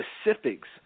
specifics